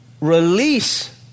release